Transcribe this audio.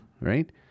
Right